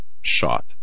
shot